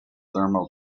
thermal